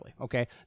Okay